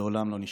לא נשכח."